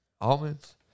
almonds